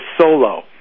solo